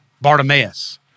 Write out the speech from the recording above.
Bartimaeus